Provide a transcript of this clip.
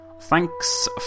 Thanks